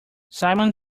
simon